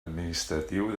administratiu